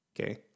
Okay